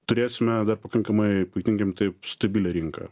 turėsime dar pakankamai pavadinkim taip stabilią rinką